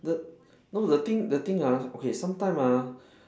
the no the thing the thing ah okay sometimes ah